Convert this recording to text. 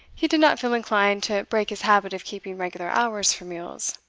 he did not feel inclined to break his habit of keeping regular hours for meals